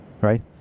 right